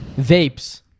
Vapes